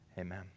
amen